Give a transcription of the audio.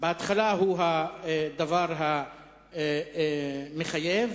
בהתחלה הוא הדבר המחייב,